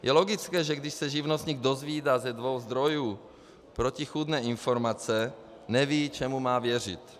Je logické, že když se živnostník dozvídá ze dvou zdrojů protichůdné informace, neví, čemu má věřit.